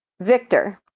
Victor